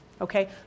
Okay